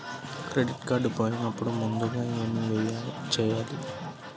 Credit card పోయినపుడు ముందుగా ఏమి చేయాలి?